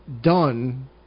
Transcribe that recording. done